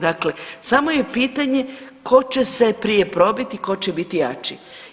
Dakle, samo je pitanje tko će se prije probiti i tko će biti jači.